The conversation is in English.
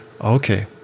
Okay